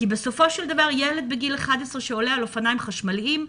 כי בסופו של דבר ילד בגיל 11 שעולה על אופניים חשמליים,